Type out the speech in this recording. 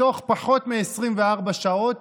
תוך פחות מ-24 שעות,